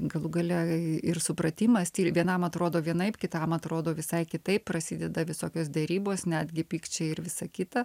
galų gale ir supratimas vienam atrodo vienaip kitam atrodo visai kitaip prasideda visokios derybos netgi pykčiai ir visa kita